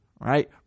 right